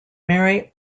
mary